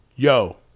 Yo